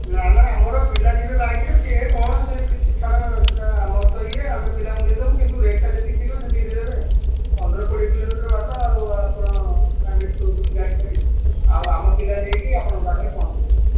ନା ନା ଆମର ପିଲା ଯିବେ ବାଇକ୍ ରେ ସେ କ'ଣ ସେ କିଛି ଛାଡ଼ ସେଇଟା ଆମର ତ ଇଏ ଆମେ ପିଲାଙ୍କୁ ଦେଇଦେବୁ କିନ୍ତୁ ରେଟ୍ ଟା ଯେତିକି ଥିବ ସେତିକି ଦେଇଦେବେ ପନ୍ଦର କୋଡ଼ିଏ କିଲୋମିଟର ବାଟ ଆଉ ଆପଣ କାଇଁ ବ୍ୟସ୍ତ ହେଉଛନ୍ତି ଗାଡ଼ି ଫାଡ଼ି ଆଉ ଆମ ପିଲା ନେଇକି ଆପଣଙ୍କ ପାଖରେ ପହଞ୍ଚାଇଦେବେ